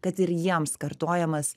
kad ir jiems kartojamas